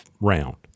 round